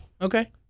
Okay